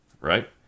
right